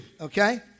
okay